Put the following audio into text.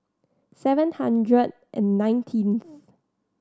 seven hundred and nineteenth